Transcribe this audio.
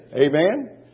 Amen